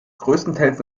größtenteils